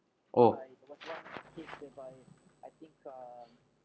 oh